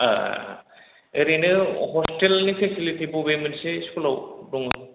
ओह ओह ओह ओरैनो हस्टेलनि पेसिलिटि बबे मोनसे स्कुलाव दङ